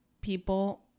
people